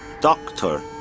Doctor